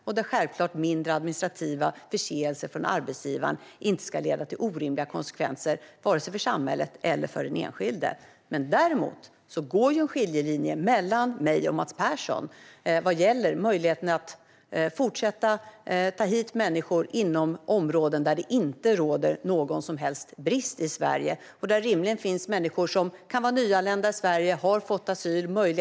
Självklart ska inte mindre administrativa förseelser från arbetsgivaren leda till orimliga konsekvenser vare sig för samhället eller för den enskilde. Däremot går det en skiljelinje mellan mig och Mats Persson vad gäller möjligheten att fortsätta ta hit människor inom områden där det inte råder någon som helst brist i Sverige. Det finns rimligen redan människor i Sverige som skulle kunna utföra de här arbetsuppgifterna.